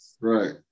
Right